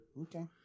Okay